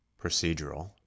Procedural